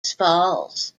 falls